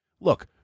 look